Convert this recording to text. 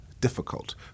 difficult